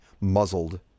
muzzled